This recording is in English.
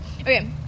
Okay